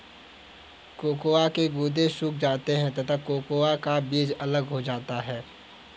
cocoa के गुदे सूख जाते हैं तथा कोकोआ का बीज अलग हो जाता है